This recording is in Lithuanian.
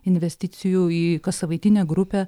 investicijų į kassavaitinę grupę